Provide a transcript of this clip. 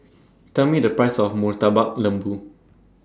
Tell Me The Price of Murtabak Lembu